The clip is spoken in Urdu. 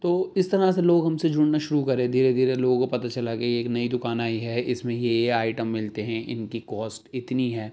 تو اس طرح سے لوگ ہم سے جڑنا شروع کرے دھیرے دھیرے لوگوں کو پتا چلا کہ ایک نئی دوکان آئی ہے اس میں یہ یہ آئٹم ملتے ہیں ان کی کاسٹ اتنی ہے